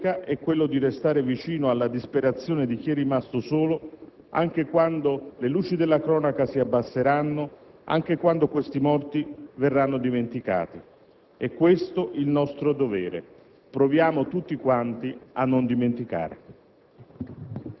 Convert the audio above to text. attraverso le sue nuove iniziative parlamentari. L'obbligo della politica è quello di restare vicino alla disperazione di chi è rimasto solo, anche quando le luci della cronaca si abbasseranno, anche quando questi morti verranno dimenticati.